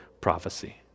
prophecy